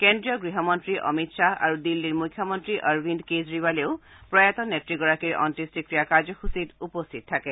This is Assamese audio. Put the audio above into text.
কেন্দ্ৰীয় গৃহমন্ত্ৰী অমিত শ্বাহ আৰু দিল্লীৰ মুখ্যমন্ত্ৰী অৰবিন্দ কেজৰিৱালেও প্ৰয়াত নেত্ৰীগৰাকীৰ অন্ত্যেষ্টিক্ৰিয়া কাৰ্যসূচীত উপস্থিত থাকে